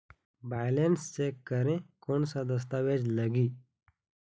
Balance check करें कोन सा दस्तावेज लगी?